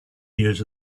years